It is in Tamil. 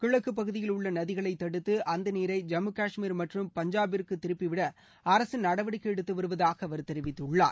கிழக்குப் பகுதியில் உள்ள நதிகளை தடுத்து அந்த நீரை ஜம்மு காஷ்மீர் மற்றும் பஞ்சாபிற்கு திருப்பிவிட அரசு நடவடிக்கை எடுத்து வருவதாக அவர் தெரிவித்துள்ளார்